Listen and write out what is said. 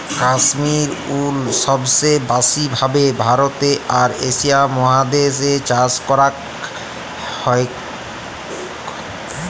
Kashmir wool সবচে ব্যাসি ভাবে ভারতে আর এশিয়া মহাদেশ এ চাষ করাক হয়ক